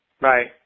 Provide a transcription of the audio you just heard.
Right